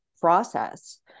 process